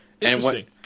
Interesting